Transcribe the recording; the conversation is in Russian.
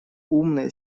умная